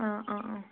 ആ ആ ആ